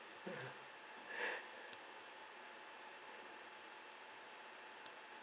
(uh huh)